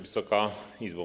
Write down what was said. Wysoka Izbo!